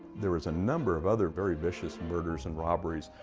there was a number of other very vicious murders and robberies,